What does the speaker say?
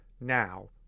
Now